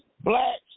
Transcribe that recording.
blacks